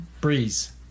Breeze